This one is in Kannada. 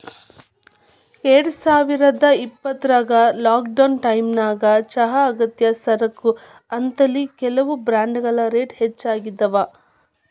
ಎರಡುಸಾವಿರದ ಇಪ್ಪತ್ರಾಗ ಲಾಕ್ಡೌನ್ ಟೈಮಿನ್ಯಾಗ ಚಹಾ ಅಗತ್ಯ ಸರಕು ಅಂತೇಳಿ, ಕೆಲವು ಬ್ರಾಂಡ್ಗಳ ರೇಟ್ ಹೆಚ್ಚಾಗಿದ್ವು